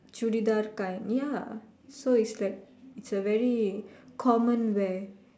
churidar kind ya so it's like it's a very common wear